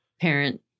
parent